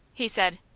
he said.